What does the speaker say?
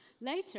Later